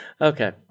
Okay